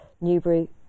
Newbury